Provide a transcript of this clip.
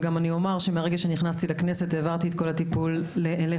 וגם אני אומר שמהרגע שנכנסתי לכנסת העברתי את כל הטיפול אליך,